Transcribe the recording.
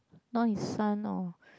not his son or